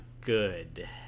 good